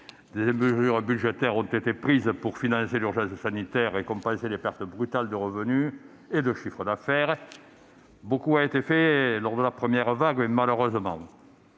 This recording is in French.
Des mesures budgétaires ont aussitôt été prises pour financer l'urgence sanitaire et compenser les pertes brutales de revenus et de chiffre d'affaires. Beaucoup a été fait lors de la première vague. Malheureusement,